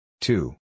Two